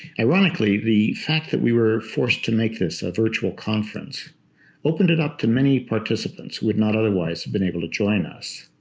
ironically, the fact that we were forced to make this a virtual conference opened it up to many participants who would not otherwise have been able to join us.